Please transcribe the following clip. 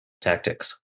tactics